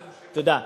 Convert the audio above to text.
תודה.